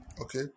okay